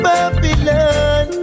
Babylon